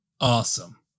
Awesome